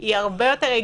היא הרבה יותר הגיונית.